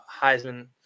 Heisman